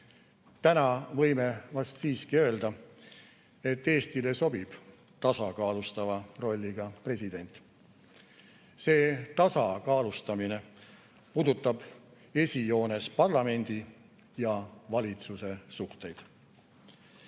Täna võime vast siiski öelda, et Eestile sobib tasakaalustava rolliga president. See tasakaalustamine puudutab esijoones parlamendi ja valitsuse